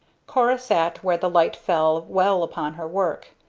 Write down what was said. cora sat where the light fell well upon her work.